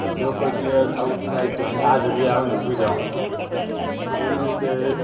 કે જો કોઈ પ્લેયર આઉટ થાય તો એને આ જગ્યાએ આવીને ઊભી જાવાનું એવી રીતે